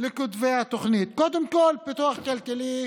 לכותבי התוכנית: קודם כול, פיתוח כלכלי,